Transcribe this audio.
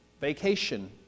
vacation